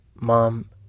Mom